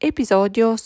Episodio